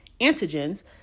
antigens